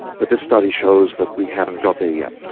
but this study shows that we haven't got there yet.